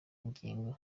ingingo